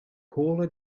paula